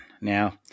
Now